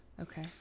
okay